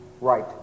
right